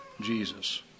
Jesus